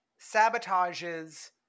sabotages